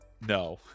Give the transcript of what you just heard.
No